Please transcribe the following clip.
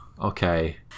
okay